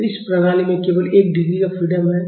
तो इस प्रणाली में केवल एक डिग्री ऑफ फ्रीडम है